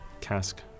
Cask